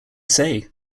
say